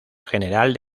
general